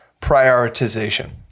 prioritization